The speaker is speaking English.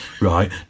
right